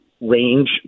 range